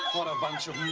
what a bunch of